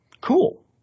Cool